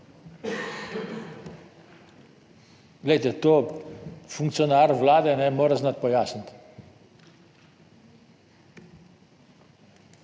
to funkcionar vlade mora znati pojasniti.